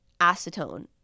acetone